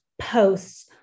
posts